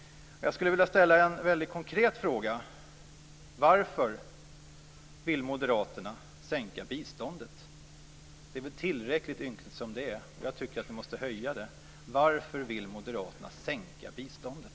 Jag skulle vilja ställa en väldigt konkret fråga: Varför vill moderaterna sänka biståndet? Det är väl tillräckligt ynkligt som det är. Jag tycker att vi måste höja det. Varför vill moderaterna sänka biståndet?